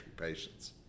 patients